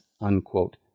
unquote